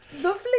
lovely